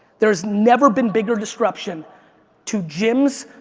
there has never been bigger disruption to gyms,